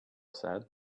said